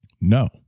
No